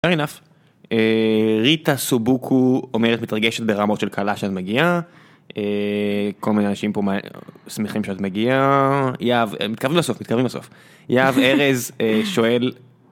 Fair enough, ריטה סובוקו אומרת מתרגשת ברמות של כלה שאת מגיעה, כל מיני אנשים פה שמחים שאת מגיעה. יהב ארז שואל.